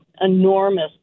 enormous